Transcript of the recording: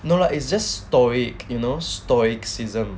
no lah it's just stoic eunos stoic season